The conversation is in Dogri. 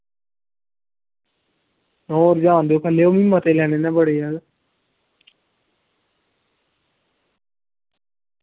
और जान देओ थल्ले ओ मैं मते लैने न बड़े यार